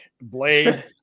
Blade